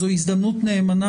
זו הזדמנות נאמנה,